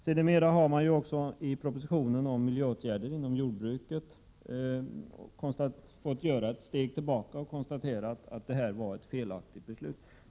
Sedermera har regeringen i propositionen om miljöåtgärder inom jordbruket fått gå ett steg tillbaka och konstatera att det här var ett felaktigt beslut.